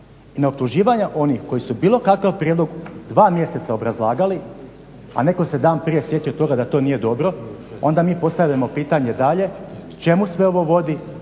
i na optuživanja onih koji su bilo kakav prijedlog dva mjeseca obrazlagali a netko se dan prije sjetio toga da to nije dobro, onda mi postavljamo pitanje dalje čemu sve ovo vodi